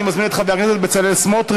אני מזמין את חבר הכנסת בצלאל סמוטריץ,